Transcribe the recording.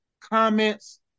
comments